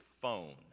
phone